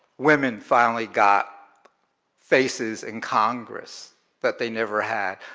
women finally got faces in congress that they never had.